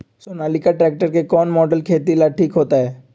Sonalika tractor के कौन model खेती ला ठीक होतै?